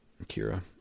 Akira